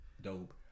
dope